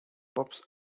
pups